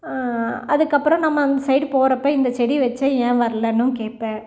அதுக்கு அப்பறம் நம்ப அந்த சைட் போகிறப்ப இந்த செடி வச்சேன் ஏன் வரலன்னும் கேட்பேன்